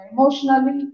Emotionally